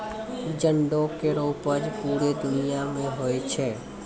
जंडो केरो उपज पूरे दुनिया म होय छै